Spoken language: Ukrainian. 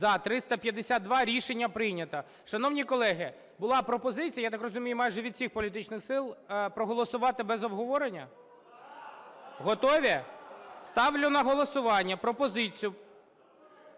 За-352 Рішення прийнято. Шановні колеги, була пропозиція, я так розумію, майже від всіх політичних сил, проголосувати без обговорення. Готові? Ставлю на голосування пропозицію.